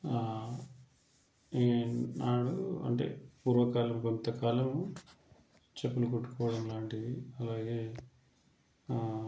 ఏం నాడు అంటే పూర్వకాలం కొంతకాలము చెప్పులు కుట్టుకోవడం ఇలాంటివి అలాగే